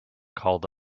called